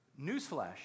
Newsflash